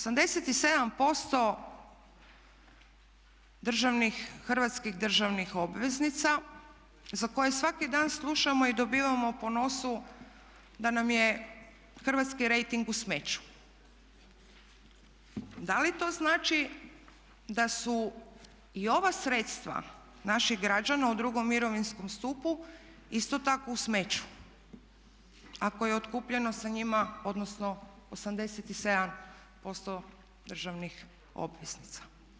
87% državnih, hrvatskih državnih obveznica za koje svaki dan slušamo i dobivamo po nosu da nam je hrvatski rejting u smeću, da li to znači da su i ova sredstva naših građana u drugom mirovinskom stupu isto tako u smeću ako je otkupljeno sa njima, odnosno 87% državnih obveznica?